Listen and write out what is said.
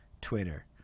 Twitter